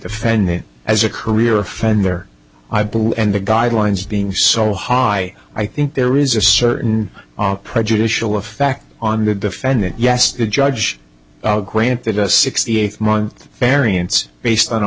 offend me as a career offender i believe and the guidelines being so high i think there is a certain our prejudicial effect on the defendant yes the judge granted a sixty eighth month variance based on